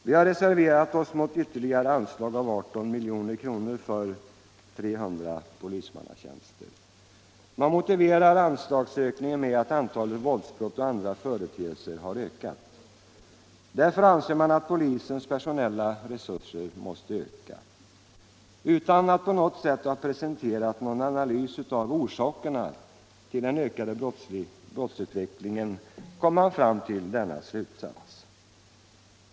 Vi har reserverat oss mot ytterligare anslag på 18 milj.kr. för 300 polismanstjänster. Man motiverar anslagsökningen med att antalet våldsbrott och andra företeelser har ökat. Därför anser man att polisens personella resurser måste öka. Utan att på något sätt ha presenterat någon analys av orsakerna till den ökade brottsutvecklingen kommer man fram till denna slutsats.